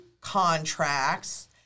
contracts